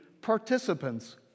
participants